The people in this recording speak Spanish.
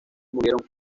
murieron